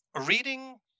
reading